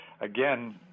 again